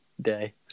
day